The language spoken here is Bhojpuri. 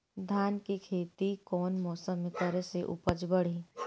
धान के खेती कौन मौसम में करे से उपज बढ़ी?